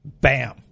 Bam